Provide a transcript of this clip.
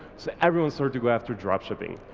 so everyone started to go after drop shipping.